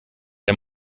der